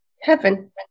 Heaven